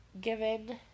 given